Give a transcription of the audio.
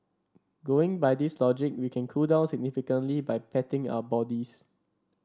going by this logic we can cool down significantly by patting our bodies